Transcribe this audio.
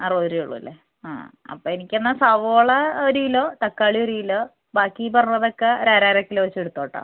അറുവരൂവേള്ളൂല്ലേ ആ അപ്പോൾ എനിക്കെന്നാ സവോള ഒരു കിലോ തക്കാളി ഒരു കിലോ ബാക്കി പറഞ്ഞതൊക്കെ ഒരര അര കിലോ വെച്ചെടുത്തോട്ടാ